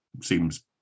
seems